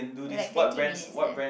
you've like twenty minutes left